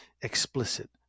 explicit